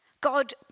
God